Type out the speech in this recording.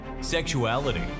sexuality